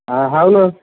हा हो न